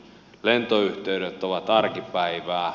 lentoyhteydet ovat arkipäivää